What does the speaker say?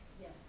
Yes